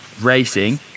racing